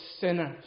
sinners